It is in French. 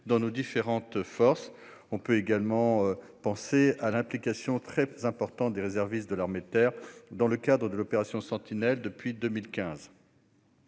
dans nos différentes forces. On peut notamment penser à l'implication très importante des réservistes de l'armée de terre dans le cadre de l'opération Sentinelle depuis 2015.